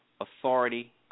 authority